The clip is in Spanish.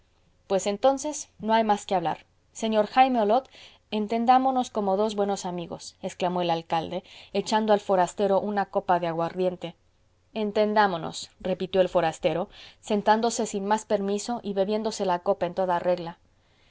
pues entonces no hay más que hablar señor jaime olot entendámonos como dos buenos amigos exclamó el alcalde echando al forastero una copa de aguardiente entendámonos repitió el forastero sentándose sin más permiso y bebiéndose la copa en toda regla